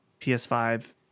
PS5